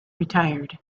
retired